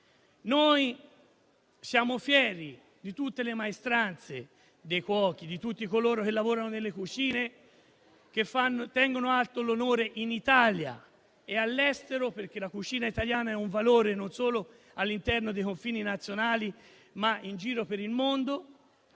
noi siamo fieri di tutte le maestranze, dei cuochi e di tutti coloro che lavorano nelle cucine, che tengono alto l'onore in Italia e all'estero, perché la cucina italiana è un valore non solo all'interno dei confini nazionali, ma nel mondo.